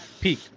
Peak